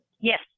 Yes